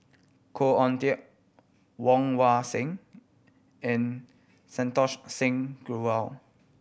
Khoo Oon Teik Woon Wah Siang and Santokh Singh Grewal